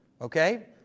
okay